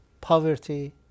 poverty